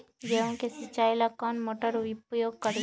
गेंहू के सिंचाई ला कौन मोटर उपयोग करी?